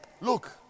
Look